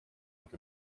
look